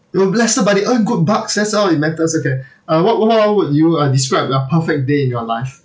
no lester but they earn good bucks that's all it matters okay uh what what how would you uh describe the perfect day in your life